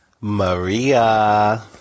Maria